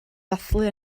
ddathlu